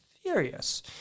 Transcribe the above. furious